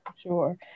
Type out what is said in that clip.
Sure